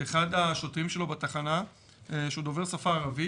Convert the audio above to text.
שאחד השוטרים שלו בתחנה שהוא דובר השפה הערבית,